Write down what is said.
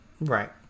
right